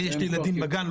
לי יש ילדים בגן.